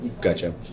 Gotcha